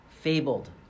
Fabled